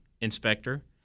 inspector